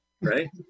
right